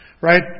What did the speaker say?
right